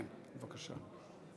כן, בבקשה.